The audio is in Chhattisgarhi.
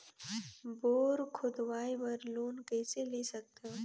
बोर खोदवाय बर लोन कइसे ले सकथव?